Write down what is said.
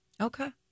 Okay